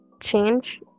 change